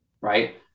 right